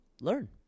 learn